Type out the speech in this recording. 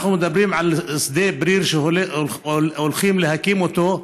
אנחנו מדברים על שדה בריר, שהולכים להקים אותו,